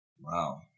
wow